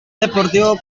deportivo